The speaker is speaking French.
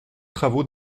travaux